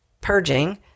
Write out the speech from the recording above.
purging